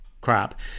crap